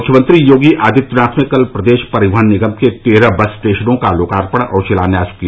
मुख्यमंत्री योगी आदित्यनाथ ने कल प्रदेश परिवहन निगम के तेरह बस स्टेशनों का लोकार्पण और शिलान्यास किया